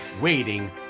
waiting